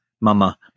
mama